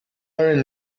learn